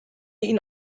ihn